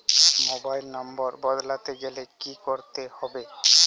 Mobile নম্বর বদলাতে গেলে কি করতে হবে?